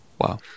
wow